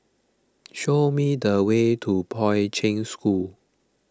show me the way to Poi Ching School